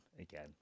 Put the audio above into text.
again